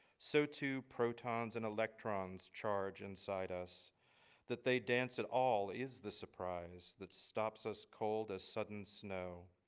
so two protons and electrons charge inside us that they dance it all is the surprise that stops us cold as sudden snow.